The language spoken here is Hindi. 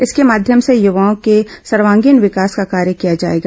इसके माध्यम से युवाओं के सर्वागीण विकास का कार्य किया जाएगा